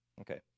Okay